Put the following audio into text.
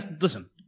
Listen